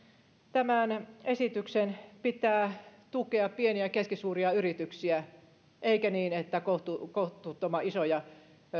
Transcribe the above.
tämän esityksen pitää tukea pieni ja keskisuuria yrityksiä eikä niin että kohtuuttoman isoja